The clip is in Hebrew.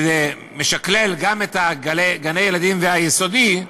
וזה משקלל גם את גני-הילדים והיסודי,